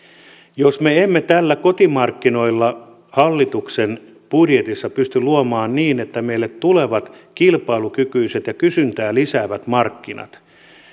jos me emme näillä kotimarkkinoilla hallituksen budjetissa pysty luomaan niin että meille tulee kilpailukykyiset ja kysyntää lisäävät markkinat